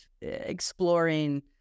exploring